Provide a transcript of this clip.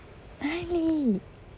哪里